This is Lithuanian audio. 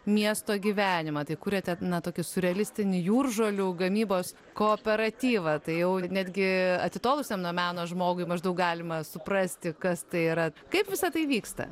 miesto gyvenimą taip kuriate na tokį siurrealistinį jūržolių gamybos kooperatyvą tai jau netgi atitolusiam nuo meno žmogui maždaug galima suprasti kas tai yra kaip visa tai vyksta